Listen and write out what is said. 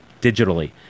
digitally